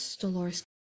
Dolores